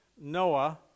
Noah